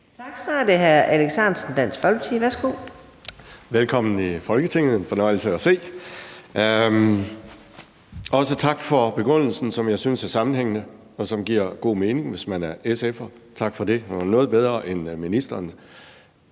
Værsgo. Kl. 20:15 Alex Ahrendtsen (DF): Velkommen i Folketinget. Det er en fornøjelse at se, og også tak for begrundelsen, som jeg synes er sammenhængende, og som giver god mening, hvis man er SF'er. Tak for det, og det var noget bedre end ministerens.